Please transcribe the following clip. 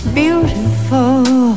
beautiful